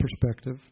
perspective